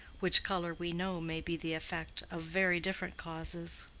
which color we know may be the effect of very different causes.